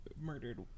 murdered